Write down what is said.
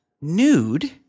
nude